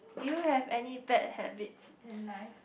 do you have any bad habit in life